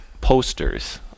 posters